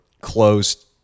closed